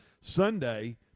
Sunday